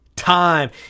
time